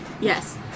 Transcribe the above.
Yes